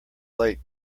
late